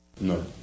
No